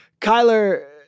kyler